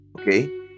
Okay